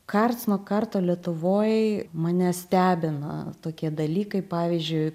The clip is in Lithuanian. karts nuo karto lietuvoj mane stebina tokie dalykai pavyzdžiui